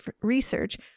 research